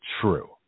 true